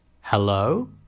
Hello